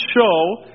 show